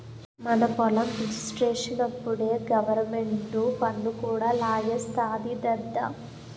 మన పొలం రిజిస్ట్రేషనప్పుడే గవరమెంటు పన్ను కూడా లాగేస్తాది దద్దా